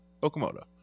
Okamoto